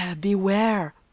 beware